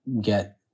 get